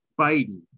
Biden